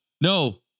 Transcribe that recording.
no